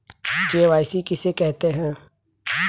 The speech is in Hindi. के.वाई.सी किसे कहते हैं?